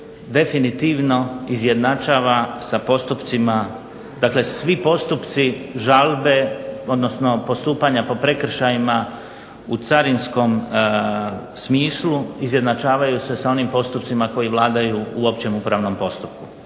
definitivno izjednačava sa postupcima, dakle svi postupci žalbe odnosno postupanja po prekršajima u carinskom smislu izjednačavaju se sa onim postupcima koji vladaju u općem upravnom postupku.